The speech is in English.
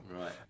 Right